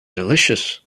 delicious